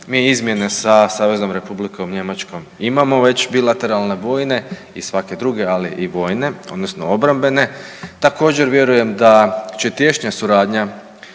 Mi izmjene sa Saveznom Republikom Njemačkom imamo već bilateralne vojne i svake druge, ali i vojne odnosno obrambene. Također vjerujem da će tješnja suradnja